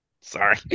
Sorry